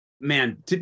man